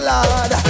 Lord